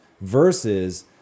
versus